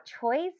choice